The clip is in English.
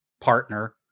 partner